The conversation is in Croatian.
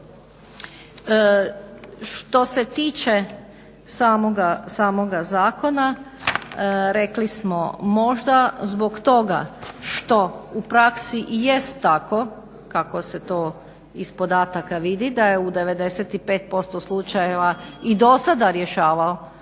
Što se tiče samoga zakona rekli smo možda zbog toga što u praksi i jest tako kako se to iz podataka vidi da je u 95% slučajeva i dosada rješavao